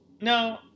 No